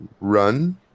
run